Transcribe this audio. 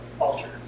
altar